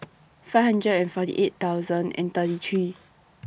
five hundred and forty eight thousand and thirty three